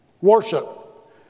Worship